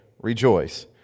rejoice